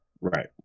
right